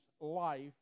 life